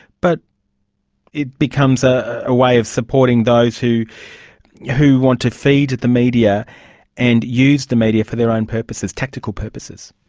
but it becomes a ah way of supporting those who who want to feed the media and use the media for their own purposes, tactical purposes?